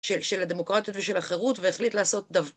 של הדמוקרטיות ושל החירות והחליט לעשות דווקא